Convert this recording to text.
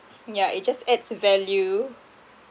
yeah it just adds value